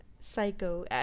Psycho